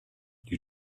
you